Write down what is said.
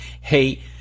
Hey